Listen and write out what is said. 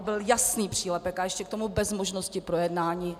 Byl to jasný přílepek a ještě k tomu bez možnosti projednání.